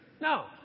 No